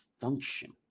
function